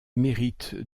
mérites